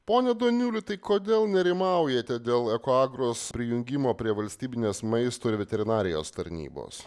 pone daniuli tai kodėl nerimaujate dėl ekoagros prijungimo prie valstybinės maisto ir veterinarijos tarnybos